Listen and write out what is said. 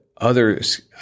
others